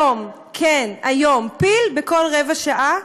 היום, כן, היום, פיל בכל רבע שעה.